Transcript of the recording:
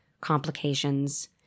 complications